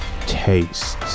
tastes